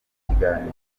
ikiganiro